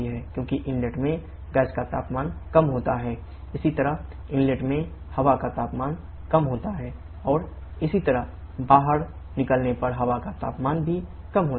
तो 4 5 टरबाइन में हवा का तापमान कम होता है और इसी तरह बाहर निकलने पर हवा का तापमान भी कम होता है